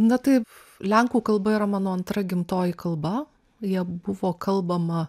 na taip lenkų kalba yra mano antra gimtoji kalba ja buvo kalbama